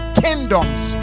kingdoms